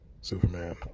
Superman